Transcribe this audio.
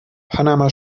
panama